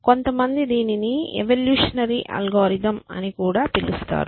కొంతమంది దీనిని evolutionary algorithm అని కూడా పిలుస్తారు